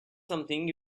something